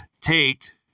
Tate